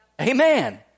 Amen